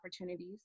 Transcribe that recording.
opportunities